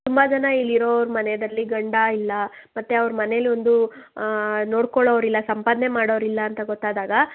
ತುಂಬ ಜನ ಇಲ್ಲಿರೋರು ಮನೆಯಲ್ಲಿ ಗಂಡ ಇಲ್ಲ ಮತ್ತು ಅವ್ರ ಮನೆಯಲ್ಲೊಂದು ನೋಡ್ಕೊಳ್ಳೋರು ಇಲ್ಲ ಸಂಪಾದನೆ ಮಾಡೋರಿಲ್ಲ ಅಂತ ಗೊತ್ತಾದಾಗ